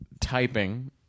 Typing